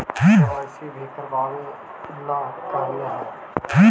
KYC भी करवावेला कहलिये हे?